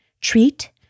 treat